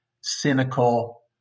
cynical